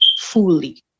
fully